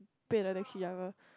pay the taxi driver